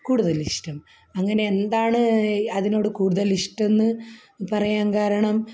കൂടുതൽ ഇഷ്ടം അങ്ങനെ എന്താണ് അതിനോട് കൂടുതൽ ഇഷ്ടം എന്ന് പറയാൻ കാരണം